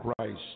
Christ